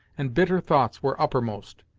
and bitter thoughts were uppermost,